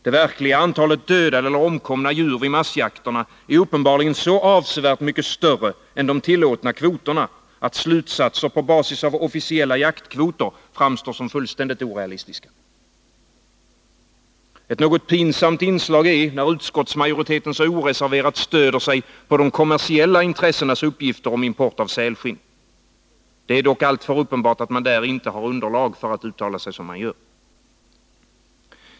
Det verkliga antalet dödade eller omkomna djur vid massjakterna är uppenbarligen så avsevärt mycket större än de tillåtna kvoterna att slutsatser på basis av officiella jaktkvoter framstår som fullständigt orealistiska. Ett något pinsamt inslag är att den borgerliga utskottsmajoriteten så oreserverat stöder sig på de kommersiella intressenas uppgifter om import av sälskinn. Det är dock alltför uppenbart att man där inte har underlag för att uttala sig som man gör.